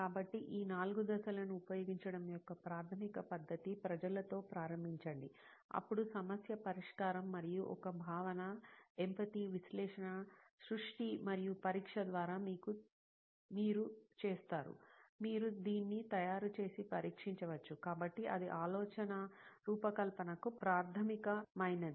కాబట్టి ఈ 4 దశలను ఉపయోగించడం యొక్క ప్రాథమిక పద్దతి ప్రజలతో ప్రారంభించండి అప్పుడు సమస్య పరిష్కారం మరియు ఒక భావన ఎంపతి విశ్లేషణ సృష్టి మరియు పరీక్ష ద్వారా మీరు చేస్తారు మీరు దీన్ని తయారు చేసి పరీక్షించవచ్చు కాబట్టి అది ఆలోచనా రూపకల్పనకు ప్రాథమికమైనది